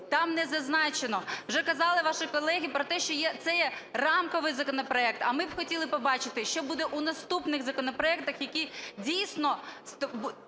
там не зазначено. Вже казали ваші колеги про те, що це є рамковий законопроект, а ми б хотіли побачити, що буде в наступних законопроектах, які, дійсно,